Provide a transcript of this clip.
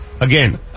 Again